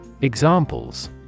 Examples